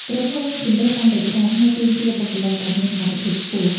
ក្រុមហ៊ុនមានជម្រើសកាន់តែច្រើន ហើយទាមទារបុគ្គលិកដែលមានសមត្ថភាពខ្ពស់។